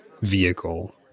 vehicle